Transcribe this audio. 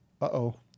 uh-oh